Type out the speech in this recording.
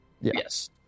Yes